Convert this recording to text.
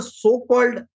so-called